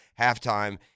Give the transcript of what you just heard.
halftime